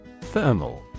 Thermal